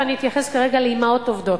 ואני אתייחס כרגע לאמהות עובדות.